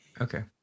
Okay